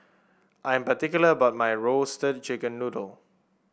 I'm particular about my Roasted Chicken Noodle